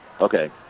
Okay